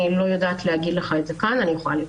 אני לא יודעת להגיד לך עכשיו, אני יכולה לבדוק.